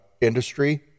industry